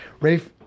Rafe